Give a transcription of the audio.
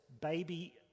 baby